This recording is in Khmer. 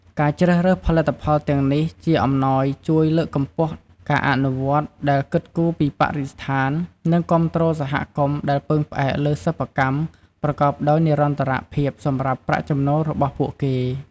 ការជ្រើសរើសផលិតផលទាំងនេះ ជាអំណោយជួយលើកកម្ពស់ការអនុវត្តដែលគិតគូរពីបរិស្ថាន និងគាំទ្រសហគមន៍ដែលពឹងផ្អែកលើសិប្បកម្មប្រកបដោយនិរន្តរភាពសម្រាប់ប្រាក់ចំណូលរបស់ពួកគេ។